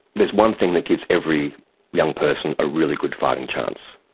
there's one thing that gives every young person a really good fighting chance,